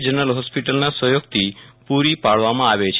general હોસ્પિટલના સહયોગથી પુરી પાડવામાં આવે છે